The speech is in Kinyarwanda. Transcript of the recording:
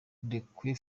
ndekwe